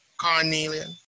carnelian